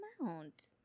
amount